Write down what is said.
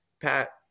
Pat